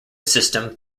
system